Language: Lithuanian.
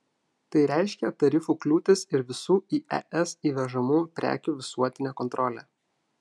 tai reiškia tarifų kliūtis ir visų į es įvežamų prekių visuotinę kontrolę